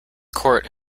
court